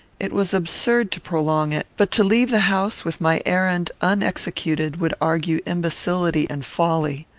it was absurd to prolong it but to leave the house with my errand unexecuted would argue imbecility and folly.